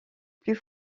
plus